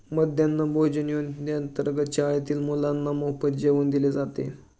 मध्यान्ह भोजन योजनेअंतर्गत शाळेतील मुलांना मोफत जेवण दिले जाते